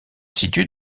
situe